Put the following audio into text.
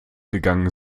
gegangen